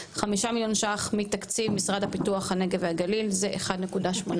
5 מיליון שקלים מתקציב משרד פיתוח הנגב והגליל זה 1.8%,